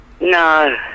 No